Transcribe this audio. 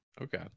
Okay